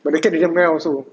but the cat didn't meow also